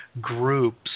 groups